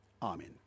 amen